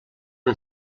una